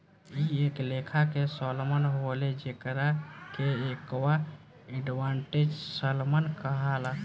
इ एक लेखा के सैल्मन होले जेकरा के एक्वा एडवांटेज सैल्मन कहाला